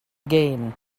again